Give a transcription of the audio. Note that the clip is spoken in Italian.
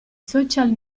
social